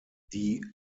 die